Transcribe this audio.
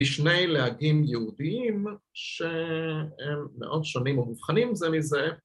‫בשני להגים יהודיים ‫שהם מאוד שונים או מובחנים זה מזה.